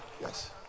yes